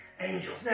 angels